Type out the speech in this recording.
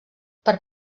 per